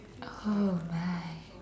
oh right